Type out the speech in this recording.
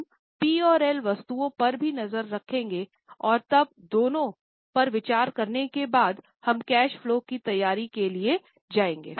हम P और L वस्तुओं पर भी नज़र रखेंगे और तब दोनों पर विचार करने के बाद हम कैश फलो की तैयारी के लिए जाएंगे